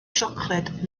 siocled